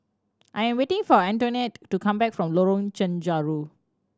I am waiting for Antoinette to come back from Lorong Chencharu